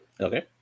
Okay